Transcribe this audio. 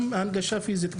גם הנגשה פיזית,